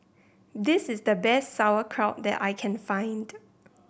this is the best Sauerkraut that I can find